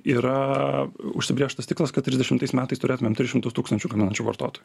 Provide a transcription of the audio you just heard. yra užsibrėžtas tikslas kad trisdešimtais metais turėtumėm tris šimtus tūkstančių gaminančių vartotojų